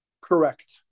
correct